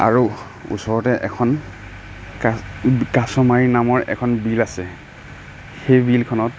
আৰু ওচৰতে এখন কা কাছমাৰি নামৰ এখন বিল আছে সেই বিলখনত